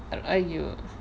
oh !eeyer!